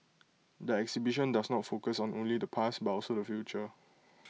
the exhibition does not focus on only the past but also the future